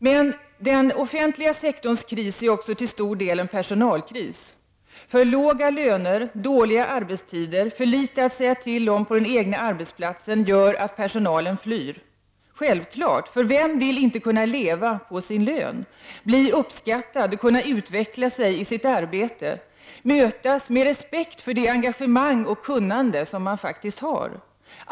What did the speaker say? Men den offentliga sektorns kris är också till stor del en personalkris. Personalen har för låga löner, dåliga arbetstider och för litet att säga till om på den egna arbetsplatsen. Detta gör att personalen flyr. Det är självklart att personalen flyr, för vem vill inte kunna leva på sin lön, bli uppskattad och kunna utveckla sig i sitt arbete och mötas med respekt för det engagemang och kun nande som man faktiskt har?